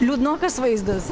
liūdnokas vaizdas